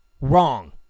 wrong